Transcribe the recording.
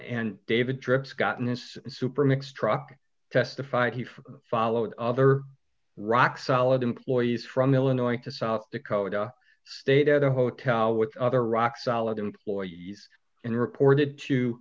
and david trips gotten this super mixed truck testified he followed other rock solid employees from illinois to south dakota stayed at a hotel with other rock solid employees and reported to